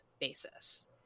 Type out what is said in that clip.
basis